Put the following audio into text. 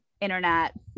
internet